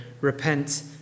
Repent